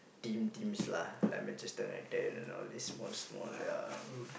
team teams lah like matches Manchester-United and all this small small ya